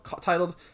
titled